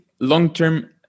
long-term